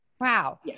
Wow